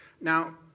Now